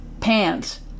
pants